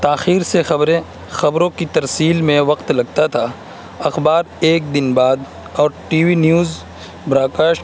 تاخیر سے خبریں خبروں کی ترسیل میں وقت لگتا تھا اخبار ایک دن بعد اور T V news broad cost